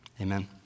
Amen